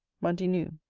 monday noon.